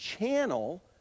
channel